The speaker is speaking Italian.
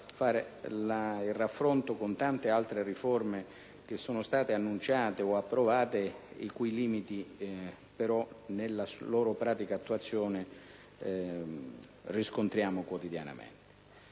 fare il raffronto con tante altre riforme che sono state annunziate o approvate, i cui limiti però, nella loro pratica attuazione, riscontriamo quotidianamente.